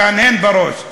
תהנהן בראש.